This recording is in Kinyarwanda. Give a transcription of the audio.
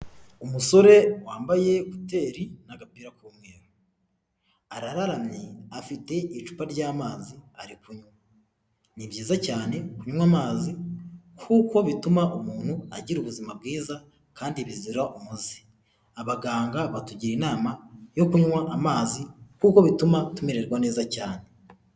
Umusore wambaye kuteri n'agapira k'umweru, arararamye afite icupa ry'amazi ari kunywa, ni byiza cyane kunywa amazi kuko bituma umuntu agira ubuzima bwiza kandi bizira umuzi, abaganga batugira inama yo kunywa amazi kuko bituma tumererwa neza cyane.